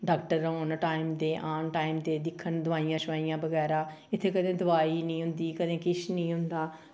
doctor औन time दे आन टाइम दे दिक्खन दोआइयां शोआइयां बगैरा इत्थें कदें दोआई निं होंदी कदें किश निं होंदा